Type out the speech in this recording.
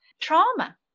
trauma